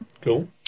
Cool